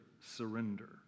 surrender